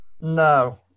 No